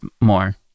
more